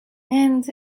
and